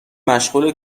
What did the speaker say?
مشغول